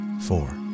four